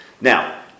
Now